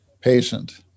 patient